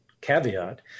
caveat